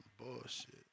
bullshit